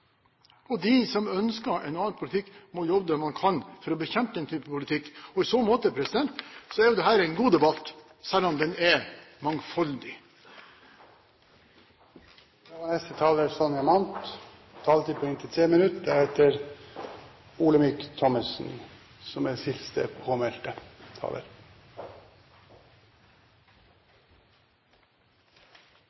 må de som vil ha den typen politikk, ta ansvaret for den. Og de som ønsker en annen politikk, må gjøre det de kan for å bekjempe den typen politikk. I så måte er dette en god debatt, selv om den er mangfoldig.